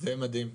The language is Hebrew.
זה מדהים.